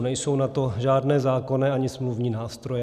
Nejsou na to žádné zákonné ani smluvní nástroje.